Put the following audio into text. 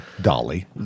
Dolly